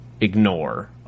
ignore